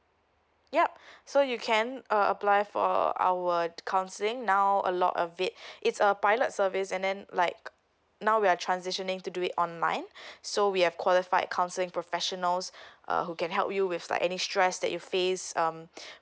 yup so you can uh apply for our counselling now a lot of it it's a pilot service and then like now we are transitioning to do it online so we have qualified counselling professionals uh who can help you with like any stress that you face um